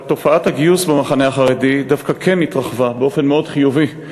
אבל תופעת הגיוס במחנה החרדי דווקא כן התרחבה באופן מאוד חיובי.